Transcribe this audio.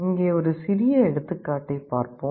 இங்கே ஒரு சிறிய எடுத்துக்காட்டை பார்ப்போம்